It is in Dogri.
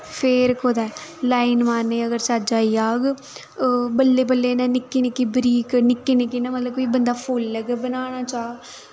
फिर कुतै लाइन मारने अगर चज्ज आई जाह्ग बल्लें बल्लें इ'नै निक्की निक्की बरीक निक्के निक्के इयां मतलब कोई बंदा फुल्ल गै बनाना चाह्